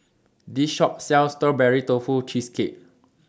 This Shop sells Strawberry Tofu Cheesecake